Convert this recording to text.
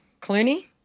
Clooney